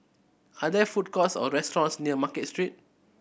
are there food courts or restaurants near Market Street